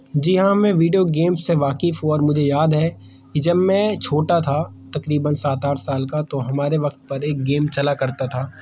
جی ہاں میں video game سے واقف ہوں اور مجھے یاد ہے کہ جب میں چھوٹا تھا تقریباً سات آٹھ سال کا تو ہمارے وقت پر ایک گیم چلا کرتا تھا